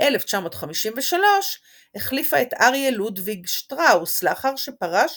וב-1953 החליפה את אריה לודוויג שטראוס, לאחר שפרש